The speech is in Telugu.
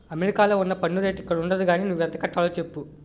అమెరికాలో ఉన్న పన్ను రేటు ఇక్కడుండదు గానీ నువ్వెంత కట్టాలో చెప్పు